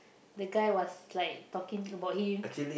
the guy was like talking about him